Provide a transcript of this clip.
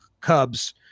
Cubs